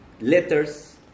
letters